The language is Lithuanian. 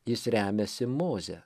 jis remiasi moze